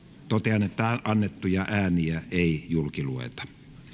totean että annettuja ääniä ei julkilueta